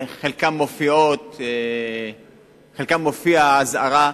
על חלקן מופיעה אזהרה,